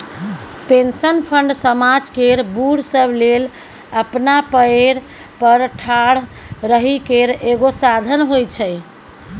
pension fund समाज केर बूढ़ सब लेल अपना पएर पर ठाढ़ रहइ केर एगो साधन होइ छै